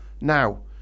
Now